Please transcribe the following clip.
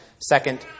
Second